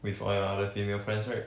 with all your other female friends right